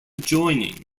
joining